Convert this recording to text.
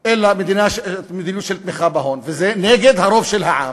אלא מדיניות של תמיכה בהון, וזה נגד הרוב בעם.